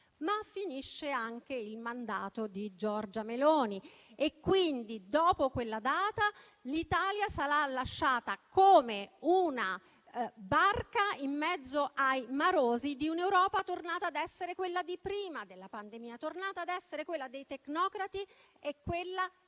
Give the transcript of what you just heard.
Finisce però anche il mandato di Giorgia Meloni. Dopo quella data quindi l'Italia sarà lasciata come una barca in mezzo ai marosi di un'Europa tornata ad essere quella di prima della pandemia, tornata ad essere quella dei tecnocrati e quella